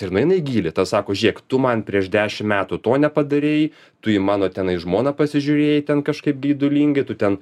nu ir nueina į gylį tau sako žėk tu man prieš dešimt metų to nepadarei tu į mano tenai žmoną pasižiūrėjai ten kažkaip geidulingai tu ten